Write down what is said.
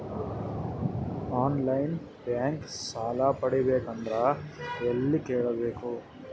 On line bank ಸಾಲ ಪಡಿಬೇಕಂದರ ಎಲ್ಲ ಕೇಳಬೇಕು?